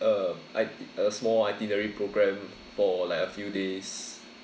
uh iti~ a small itinerary program for like a few days